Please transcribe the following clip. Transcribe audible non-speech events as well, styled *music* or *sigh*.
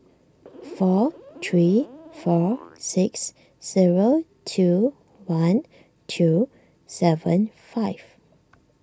*noise* four three four six zero two one two seven five